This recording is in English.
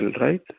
right